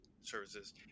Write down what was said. services